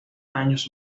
años